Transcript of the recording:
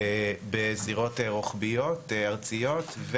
בזירות רוחביות ארציות,